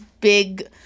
big